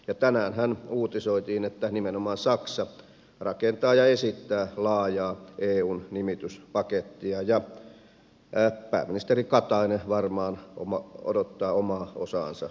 ja tänäänhän uutisoitiin että nimenomaan saksa rakentaa ja esittää laajaa eun nimityspakettia ja pääministeri katainen varmaan odottaa omaa osaansa siitä